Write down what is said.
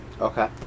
Okay